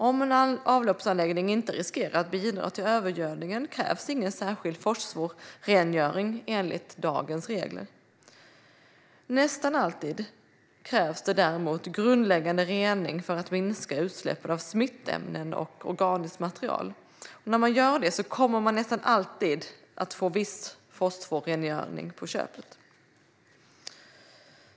Om en avloppsanläggning inte riskerar att bidra till övergödningen krävs ingen särskild fosforrengöring enligt dagens regler. Nästan alltid krävs det däremot grundläggande rening för att minska utsläppen av smittämnen och organiskt material. När man gör det kommer man nästan alltid att få viss fosforrengöring på köpet.